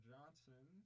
Johnson